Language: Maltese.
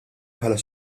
bħala